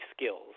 skills